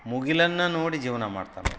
ಮುಗಿಲನ್ನು ನೋಡಿ ಜೀವನ ಮಾಡ್ತಾನೆ ನೋಡಿರಿ